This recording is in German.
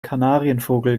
kanarienvogel